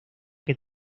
que